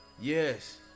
Yes